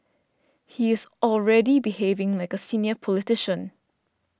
he is already behaving like a senior politician